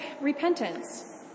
repentance